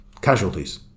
casualties